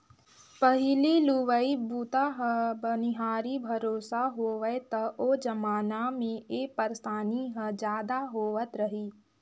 पहिली लुवई बूता ह बनिहार भरोसा होवय त ओ जमाना मे ए परसानी हर जादा होवत रही